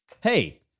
Hey